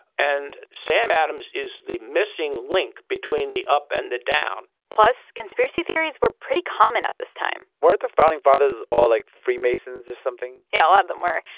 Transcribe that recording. and sam adams is the missing link between the up and the down plus, conspiracy theories were pretty common at this time weren't the founding fathers all, like, freemasons or something? yeah, a lot of them were.